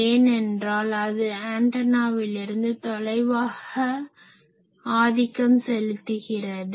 ஏனென்றால் அது ஆன்டனாவிலிருந்து தொலைவாக ஆதிக்கம் செலுத்துகிறது